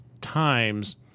times